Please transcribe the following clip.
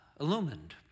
illumined